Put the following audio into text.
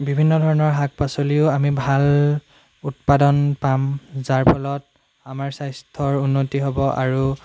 বিভিন্ন ধৰণৰ শাক পাচলিও আমি ভাল উৎপাদন পাম যাৰ ফলত আমাৰ স্বাস্থ্যৰ উন্নতি হ'ব আৰু